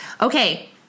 Okay